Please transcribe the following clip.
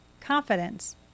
confidence